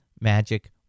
magic